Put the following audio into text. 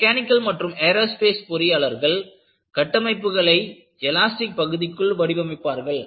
mechanical மற்றும் aerospace பொறியாளர்கள் கட்டமைப்புகளை எலாஸ்டிக் பகுதிக்குள் வடிவமைப்பாளர்கள்